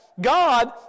God